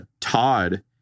todd